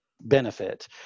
benefit